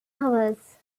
hours